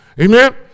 Amen